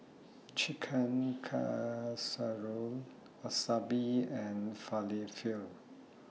Chicken Casserole Wasabi and Falafel